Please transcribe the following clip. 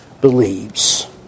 believes